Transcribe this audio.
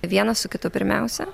vienas su kitu pirmiausia